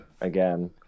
again